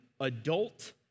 adult